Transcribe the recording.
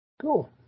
Cool